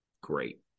great